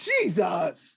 Jesus